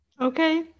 Okay